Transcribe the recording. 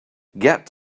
get